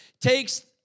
takes